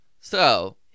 So-